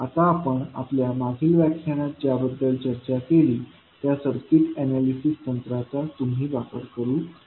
आता आपण आपल्या मागील व्याख्यानात ज्याबद्दल चर्चा केली त्या सर्किट एनालिसिस तंत्रांचा तुम्ही वापर करू शकता